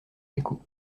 échos